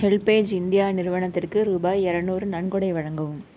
HelpAge India நிறுவனத்திற்கு ரூபாய் இரநூறு நன்கொடை வழங்கவும்